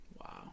wow